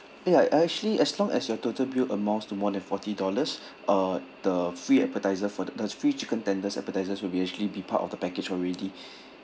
ya I actually as long as your total bill amounts to more than forty dollars uh the free appetiser for the the free chicken tenders appetiser will be actually be part of the package already